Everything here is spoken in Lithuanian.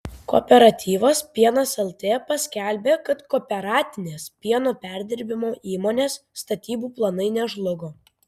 kooperatyvas pienas lt paskelbė kad kooperatinės pieno perdirbimo įmonės statybų planai nežlugo